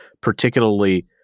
particularly